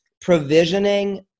Provisioning